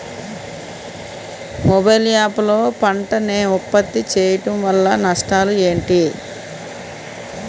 Mobile app లో పంట నే ఉప్పత్తి చేయడం వల్ల నష్టాలు ఏంటి?